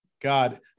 God